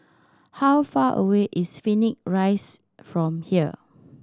how far away is Phoenix Rise from here